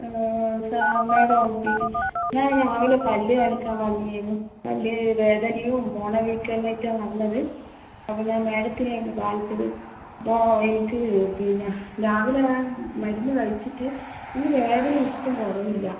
ഫാ മാഡം ഞാൻ രാവിലെ പല്ല് കാണിക്കാൻ വന്നിരുന്നു പല്ല് വേദനയും മോണവീക്കം ഉണ്ടായിട്ടാണ് വന്നത് അപ്പോൾ ഞാൻ മാഡത്തിനെ ആയിരുന്നു കാണിച്ചത് അപ്പോൾ എനിക്ക് പിന്നെ രാവിലെ മരുന്ന് കഴിച്ചിട്ട് വേദന എനിക്ക് ഒട്ടും കുറവില്ല